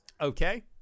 okay